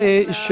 יש